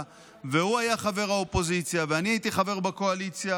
וחבר האופוזיציה ואני הייתי חבר בקואליציה,